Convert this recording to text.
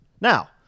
Now